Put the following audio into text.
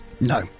no